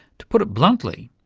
to put it bluntly,